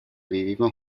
vivimos